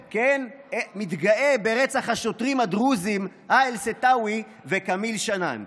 מתגאה ברצח השוטרים הדרוזים האיל סתאוי וכמיל שנאן,